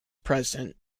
present